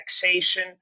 taxation